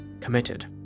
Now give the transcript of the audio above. committed